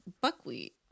buckwheat